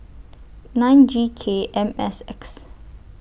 nine G K M S X